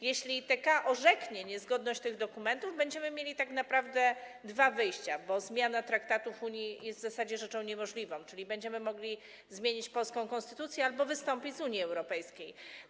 Jeśli TK orzeknie niezgodność tych dokumentów, będziemy mieli tak naprawdę dwa wyjścia, bo zmiana traktatu Unii w zasadzie jest rzeczą niemożliwą: będziemy mogli zmienić polską konstytucję albo wystąpić z Unii Europejskiej.